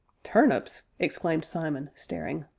turnips? exclaimed simon, staring.